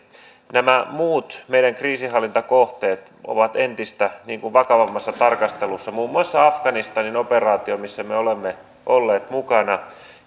nämä muut meidän kriisinhallintakohteet ovat entistä vakavammassa tarkastelussa muun muassa afganistanin operaatio missä me me olemme olleet mukana